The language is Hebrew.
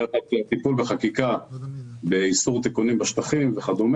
הטיפול בחקיקה באיסור תיקונים בשטחים וכד'.